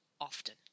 often